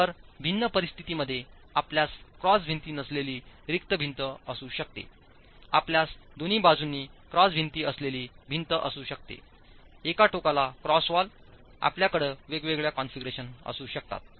तर भिन्न परिस्थितींमध्ये आपल्यास क्रॉस भिंती नसलेली रिक्त भिंत असू शकते आपल्यास दोन्ही बाजूंनी क्रॉस भिंती असलेली भिंत असू शकतेएका टोकाला क्रॉस वॉल आपल्याकडे वेगवेगळ्या कॉन्फिगरेशन असू शकतात